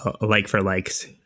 like-for-likes